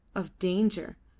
of danger,